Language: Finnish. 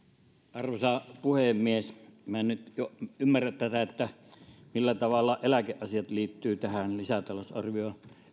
arvoisa puhemies minä en nyt ymmärrä tätä että millä tavalla eläkeasiat liittyvät tähän lisätalousarvion